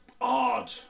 odd